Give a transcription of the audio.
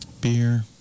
Beer